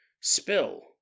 spill